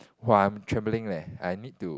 !wah! I am travelling leh I need to